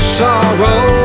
sorrow